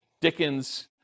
Dickens